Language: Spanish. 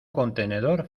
contenedor